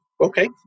okay